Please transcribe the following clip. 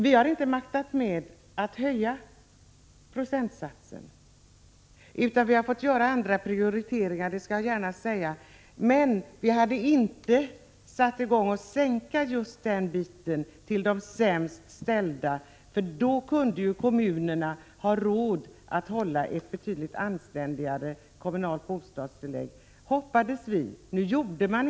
Vi har inte mäktat höja procentsatsen utan vi har fått göra andra prioriteringar. Men om vi hade kunnat bestämma hade vi inte satt i gång att sänka bidragen just till de sämst ställda. Hade den sänkningen inte skett hade kommunerna kunnat ha råd att hålla det kommunala bostadstillägget på en betydligt anständigare nivå än som varit fallet.